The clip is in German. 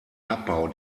abbau